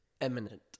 Eminent